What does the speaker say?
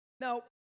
Now